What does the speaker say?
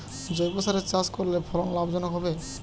জৈবসারে চাষ করলে ফলন লাভজনক হবে?